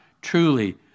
truly